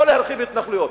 או להרחיב התנחלויות.